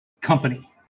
company